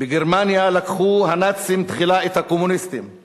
"בגרמניה לקחו הנאצים תחילה את הקומוניסטים/